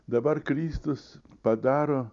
dabar kristus padaro